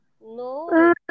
No